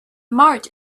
march